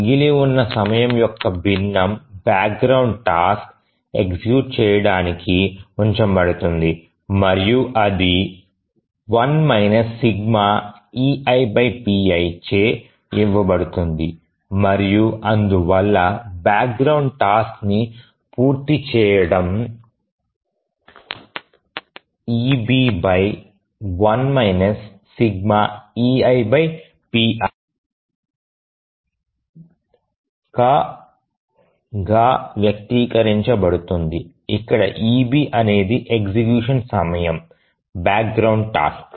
మిగిలి ఉన్న సమయం యొక్క భిన్నం బ్యాక్ గ్రౌండ్ టాస్క్ ఎగ్జిక్యూట్ చేయడానికి ఉంచబడుతుంది మరియు ఇది 1 చే ఇవ్వబడుతుంది మరియు అందువల్ల బ్యాక్ గ్రౌండ్ టాస్క్ ని పూర్తి చేయడం eB1 గా వ్యక్తీకరించబడుతుంది ఇక్కడ eB అనేది ఎగ్జిక్యూషన్ సమయం బ్యాక్ గ్రౌండ్ టాస్క్